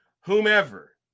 whomever